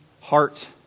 heart